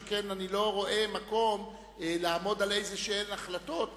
שכן אני לא רואה מקום לעמוד על החלטות כלשהן,